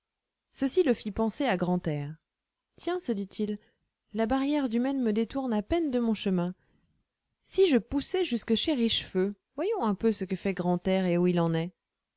ceci le fit penser à grantaire tiens se dit-il la barrière du maine me détourne à peine de mon chemin si je poussais jusque chez richefeu voyons un peu ce que fait grantaire et où il en est